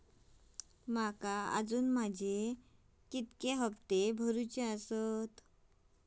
माका अजून माझे किती हप्ते भरूचे आसत?